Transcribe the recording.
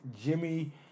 Jimmy –